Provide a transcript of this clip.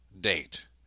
date